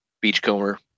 Beachcomber